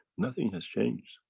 nothing has changed.